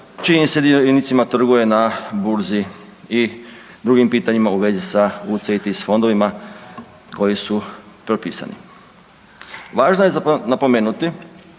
čijim se dionicama trguje na burzi i drugim pitanjima u vezi sa UCITS fondovima koji su propisani. Važno je za napomenuti